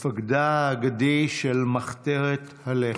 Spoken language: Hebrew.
מפקדה האגדי של מחתרת הלח"י.